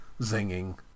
zinging